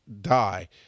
die